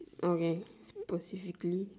okay specifically